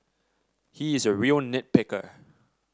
he is a real nit picker